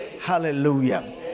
Hallelujah